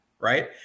right